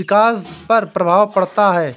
विकास पर प्रभाव पड़ता है